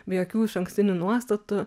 be jokių išankstinių nuostatų